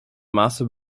master